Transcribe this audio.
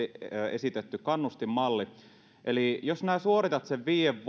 esitetty kannustinmalli eli jos sinä suoritatkin